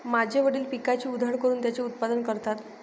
माझे वडील पिकाची उधळण करून त्याचे उत्पादन करतात